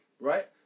right